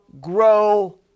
grow